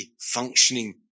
functioning